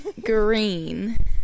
green